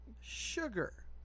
sugar